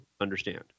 understand